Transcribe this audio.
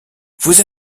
vous